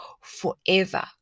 forever